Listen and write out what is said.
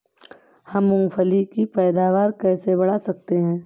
हम मूंगफली की पैदावार कैसे बढ़ा सकते हैं?